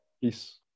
Peace